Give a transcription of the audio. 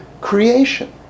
creation